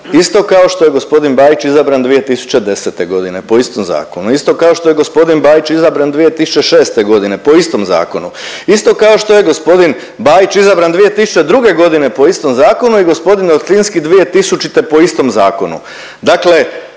Isto kao što je g. Bajić izabran 2010.g., po istom zakonu. Isto kao što je g. Bajić izabran 2006.g., po istom zakonu. Isto kao što je g. Bajić izabran 2002.g., po istom zakonu i g. Ortynski 2000. po istom zakonu.